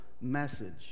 message